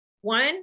one